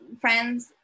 friends